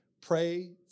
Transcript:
Pray